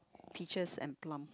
peaches and plum